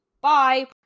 bye